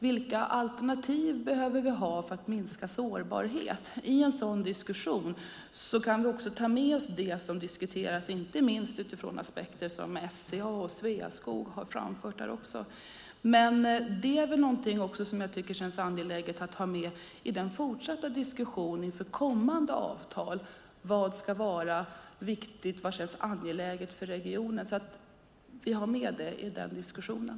Vilka alternativ behöver vi ha för att minska sårbarheten? I en sådan diskussion kan vi också ta med oss det som diskuteras inte minst utifrån aspekter som SCA och Sveaskog har framfört. Men det är väl också någonting som jag tycker känns angeläget att ha med i den fortsatta diskussionen inför kommande avtal. Vad ska vara viktigt? Vad känns angeläget för regionen? Det handlar om att vi har med det i den diskussionen.